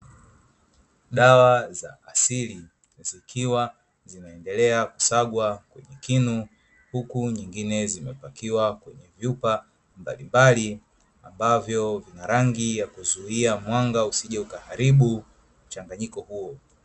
Dawa za asili zikiwa zinaendelea kusagwa kinu huku nyinginezo zimepakiwa jukwa mbalimbali ambavyo vina rangi ya kuzuia mwanga usije ukaharibu mchanganyiko huo.